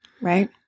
Right